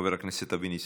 חבר הכנסת אבי ניסנקורן.